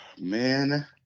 man